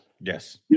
Yes